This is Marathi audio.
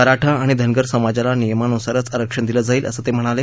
मराठा आणि धनगर समाजाला नियमानुसारच आरक्षण दिलं जाईल असं ते म्हणाले